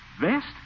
Vest